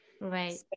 right